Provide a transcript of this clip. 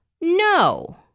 No